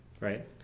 Right